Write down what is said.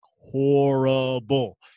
horrible